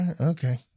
Okay